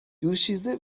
دوشیزه